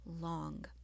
long